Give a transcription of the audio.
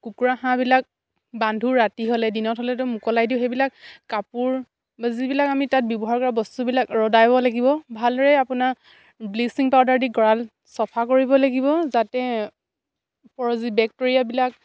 কুকুৰা হাঁহবিলাক বান্ধো ৰাতি হ'লে দিনত হ'লেতো মুকলাই দিওঁ সেইবিলাক কাপোৰ বা যিবিলাক আমি তাত ব্যৱহাৰ কৰা বস্তুবিলাক ৰ'দাব লাগিব ভালদৰে আপোনাৰ ব্লিচিং পাউডাৰ দি গঁৰাল চফা কৰিব লাগিব যাতে পৰজীৱী বেক্টেৰীয়াবিলাক